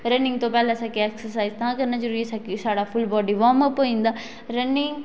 running तू पहले असेंगी ऐक्सर्साइज तां करना जरुरी ऐ कि साढ़ा फुल्ल बाॅडी वार्मअप होई जंदा रनिंग